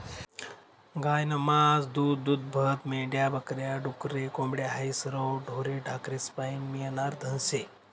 गायनं मास, दूधदूभतं, मेंढ्या बक या, डुकरे, कोंबड्या हायी सरवं ढोरे ढाकरेस्पाईन मियनारं धन शे